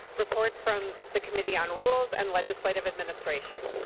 report from the committee on rules and legislative administration